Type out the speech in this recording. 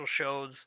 shows